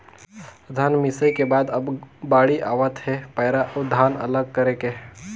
धन मिंसई के बाद अब बाड़ी आवत हे पैरा अउ धान अलग करे के